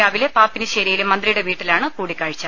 രാവിലെ പാപ്പിനിശ്ശേരിയിലെ മന്ത്രിയുടെ വീട്ടിലാണ് കൂടിക്കാഴ്ച